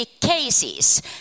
cases